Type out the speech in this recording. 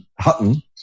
Hutton